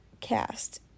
cast